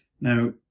now